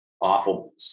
Awful